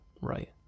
right